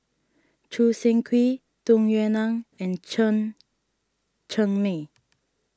Choo Seng Quee Tung Yue Nang and Chen Cheng Mei